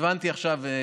הבנתי עכשיו,